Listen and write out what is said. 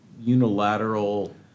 unilateral